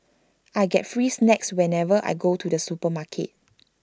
I get free snacks whenever I go to the supermarket